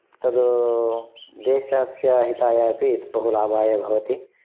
तद् देशस्य हिताय अपि बहु लाभाय भवति